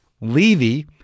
Levy